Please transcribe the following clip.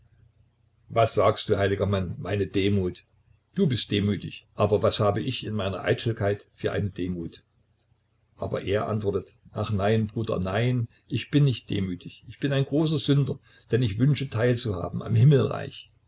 was sagst du heiliger mann meine demut du bist demütig aber was habe ich in meiner eitelkeit für eine demut aber er antwortet ach nein bruder nein ich bin nicht demütig ich bin ein großer sünder denn ich wünsche teilzuhaben am himmelreich